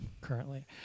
currently